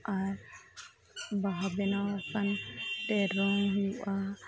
ᱟᱨ ᱵᱟᱦᱟ ᱵᱮᱱᱟᱣ ᱟᱠᱟᱱ ᱛᱮ ᱨᱚᱝ ᱦᱩᱭᱩᱜᱼᱟ